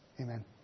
Amen